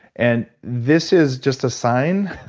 and this is just a sign,